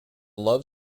love